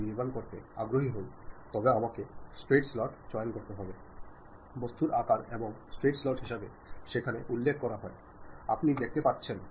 ഈ അനുഭാവങ്ങളെല്ലാം ഏതെങ്കിലും തരത്തിൽ നിങ്ങൾ മറ്റുള്ളവരെ അറിയിച്ചെന്നിരിക്കാം എപ്പോഴും വാചകത്തിലൂടെ മാത്രം ചെയ്യണമെന്നില്ലാതെ നമ്മൾ നേരത്തെ പറഞ്ഞതു പോലെ വാക്കാൽ അല്ലാതെയും ഇവ പ്രകടിപ്പിക്കാൻ കഴിയും